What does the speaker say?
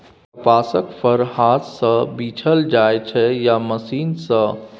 कपासक फर हाथ सँ बीछल जाइ छै या मशीन सँ